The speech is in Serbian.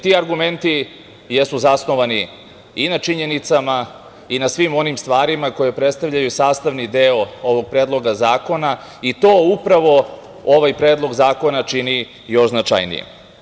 Ti argumenti jesu zasnovani i na činjenicama i na svim onim stvarima koje predstavljaju sastavni deo ovog predloga zakona, i to upravo ovaj predlog zakona čini još značajnijim.